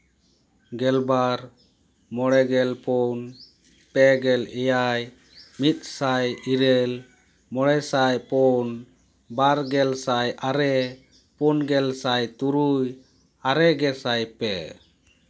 ᱜᱮᱞᱵᱟᱨ ᱢᱚᱬᱮ ᱜᱮᱞ ᱯᱩᱱ ᱯᱮ ᱜᱮᱞ ᱮᱭᱟᱭ ᱢᱤᱫ ᱥᱟᱭ ᱤᱨᱟᱹᱞ ᱢᱚᱬᱮ ᱥᱟᱭ ᱯᱩᱱ ᱵᱟᱨ ᱜᱮᱞ ᱥᱟᱭ ᱟᱨᱮ ᱯᱩᱱ ᱜᱮᱞ ᱥᱟᱭ ᱛᱩᱨᱩᱭ ᱟᱨᱮ ᱜᱮᱥᱟᱭ ᱯᱮ